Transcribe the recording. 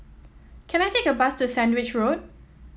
can I take a bus to Sandwich Road